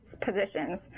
positions